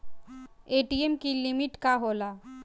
ATM की limit का होला?